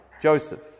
Joseph